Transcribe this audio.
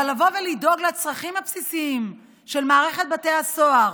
אבל לבוא ולדאוג לצרכים הבסיסיים של מערכת בתי הסוהר,